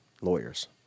lawyers